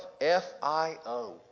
F-I-O